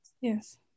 Yes